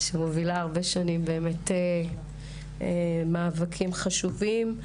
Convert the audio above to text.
שמובילה הרבה שנים מאבקים חשובים,